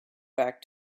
back